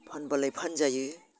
फानब्लालाय फानजायो